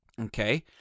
Okay